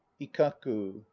Ikaku